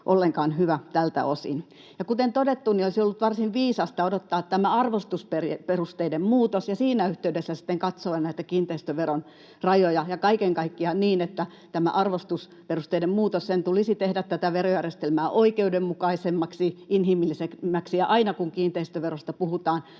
ollenkaan hyvä tältä osin. Ja kuten todettu, olisi ollut varsin viisasta odottaa arvostusperusteiden muutosta ja siinä yhteydessä sitten katsoa näitä kiinteistöveron rajoja ja kaiken kaikkiaan niin, että arvostusperusteiden muutoksen tulisi tehdä verojärjestelmää oikeudenmukaisemmaksi, inhimillisemmäksi. Ja aina, kun kiinteistöverosta puhutaan,